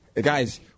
Guys